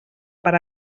per